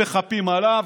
הם מחפים עליו,